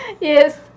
Yes